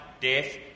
death